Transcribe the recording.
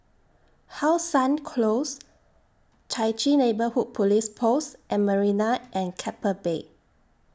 How Sun Close Chai Chee Neighbourhood Police Post and Marina At Keppel Bay